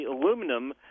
aluminum